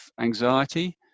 anxiety